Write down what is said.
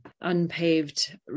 unpaved